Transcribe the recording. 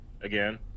again